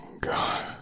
God